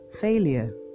Failure